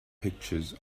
pictures